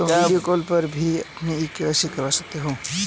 तुम video call पर भी अपनी के.वाई.सी करवा सकती हो